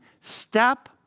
step